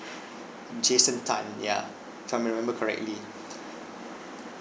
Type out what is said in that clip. jason tan ya if I remember correctly